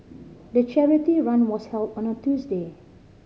the charity run was held on a Tuesday